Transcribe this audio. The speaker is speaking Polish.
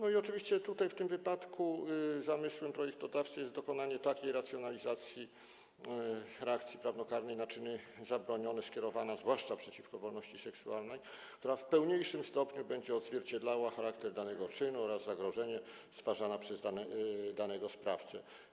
Oczywiście w tym wypadku zamysłem projektodawcy jest dokonanie takiej racjonalizacji reakcji prawnokarnej na czyny zabronione skierowane zwłaszcza przeciwko wolności seksualnej, która w pełniejszym stopniu będzie odzwierciedlała charakter danego czynu oraz zagrożenie stwarzane przez danego sprawcę.